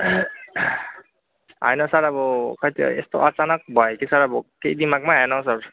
होइन सर अब खै त्यो यस्तो अचानक भयो कि सर अब केही दिमागमै आएनौ सर